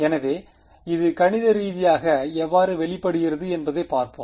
எனவே இது கணித ரீதியாக எவ்வாறு வெளிப்படுகிறது என்பதைப் பார்ப்போம்